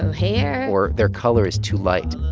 hair. or their color is too light.